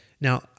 Now